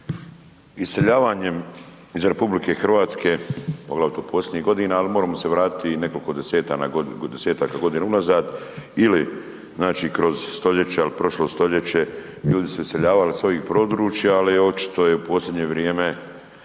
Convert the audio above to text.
Iseljavanjem iz RH, poglavito posljednjih godina ali moramo se vratiti i nekoliko desetaka godina unazad ili kroz stoljeća i prošlo stoljeće ljudi su iseljavali s ovih područja, ali očito je u posljednje vrijeme